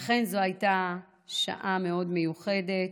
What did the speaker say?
ואכן, זו הייתה שעה מאוד מיוחדת,